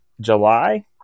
july